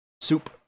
Soup